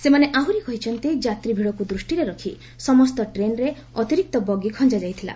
ସେମାନେ ଆହୁରି କହିଛନ୍ତି ଯାତ୍ରୀ ଭିଡକୁ ଦୃଷ୍ଟିରେ ରଖି ସମସ୍ତ ଟ୍ରେନରେ ଅତିରିକ୍ତ ବଗି ଖଞ୍ଜାଯାଇଥିଲା